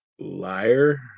Liar